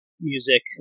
music